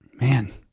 man